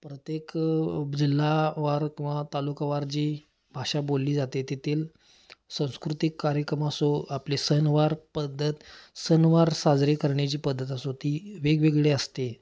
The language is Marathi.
प्रत्येक जिल्हावार किंवा तालुकावार जी भाषा बोलली जाते तेथील सांस्कृतिक कार्यक्रम असो आपले सणवार पद्धत सणवार साजरे करण्याची पद्धत असो ती वेगवेगळी असते